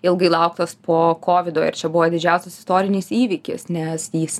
ilgai lauktas po kovido ir čia buvo didžiausias istorinis įvykis nes jis